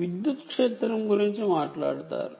విద్యుత్ క్షేత్రం గురించి మాట్లాడుతారు